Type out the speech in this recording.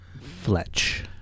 Fletch